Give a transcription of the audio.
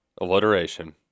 Alliteration